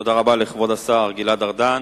תודה רבה לכבוד השר גלעד ארדן.